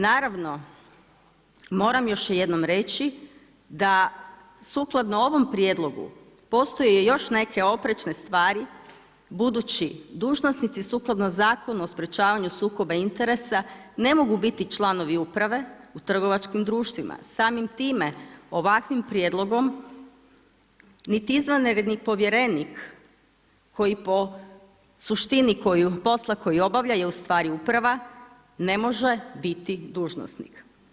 Naravno, moram još jednom reći da sukladno ovom prijedlogu postoje još neke oprečne stvari budući dužnosnici sukladnici Zakonu o sprečavanju sukoba interesa ne mogu biti članovi uprave u trgovačkim društvima, samim time ovakvim prijedlogom niti izvanredni povjerenik koji po suštini posla koji obavlja je ustvari uprave ne može biti dužnosnik.